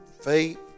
faith